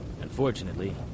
unfortunately